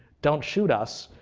don't shoot us,